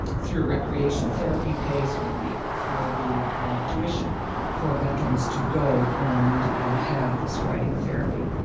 through recreation therapy pays for the for the tuition for veterans to go and have this riding therapy.